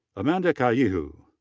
amanda kaaihue.